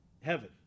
heaven